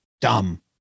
dumb